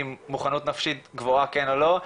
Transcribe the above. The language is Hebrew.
עם מוכנות נפשית גבוהה כל או לא.